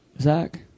Zach